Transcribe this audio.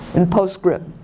and post script.